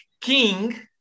king